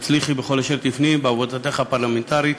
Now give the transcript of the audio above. שתצליחי בכל אשר תפני בעבודתך הפרלמנטרית.